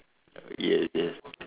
yes yes